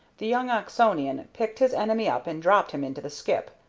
the young oxonian picked his enemy up and dropped him into the skip.